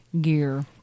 gear